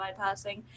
bypassing